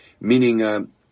meaning